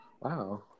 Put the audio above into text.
Wow